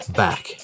back